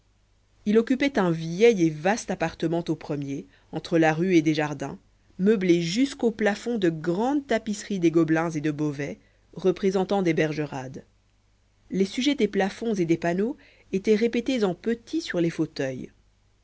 il occupait un vieil et vaste appartement au premier entre la rue et des jardins meublé jusqu'aux plafonds de grandes tapisseries des gobelins et de beauvais représentant des bergerades les sujets des plafonds et des panneaux étaient répétés en petit sur les fauteuils